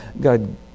God